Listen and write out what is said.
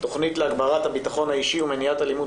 תכנית להגברת הביטחון האישי ומניעת אלימות